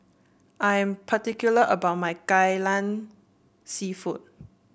I'm particular about my Kai Lan seafood